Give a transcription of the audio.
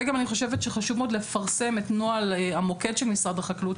ואני גם חושבת שחשוב מאוד לפרסם את נוהל המוקד של משרד החקלאות,